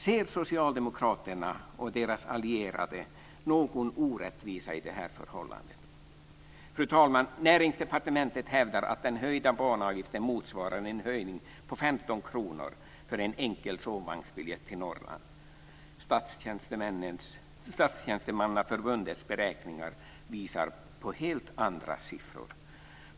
Ser socialdemokraterna och deras allierade någon orättvisa i det här förhållandet? Fru talman! Näringsdepartementet hävdar att den höjda banavgiften motsvarar en höjning på 15 kr för en enkel sovvagnsbiljett till Norrland. Statstjänstemannaförbundets beräkningar visar på helt andra siffror.